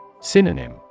Synonym